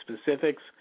specifics